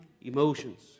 emotions